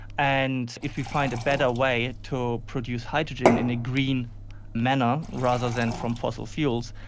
and if you find a better way to produce hydrogen in a green manner rather than from fossil fuels,